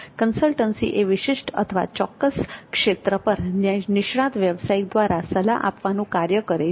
consultancy એ વિશિષ્ટ અથવા ચોક્કસ ક્ષેત્ર પર નિષ્ણાત વ્યવસાયિક દ્વારા સલાહ આપવાનું કાર્ય કરે છે